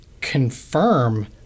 confirm